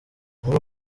muri